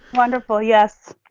wonderful. yes.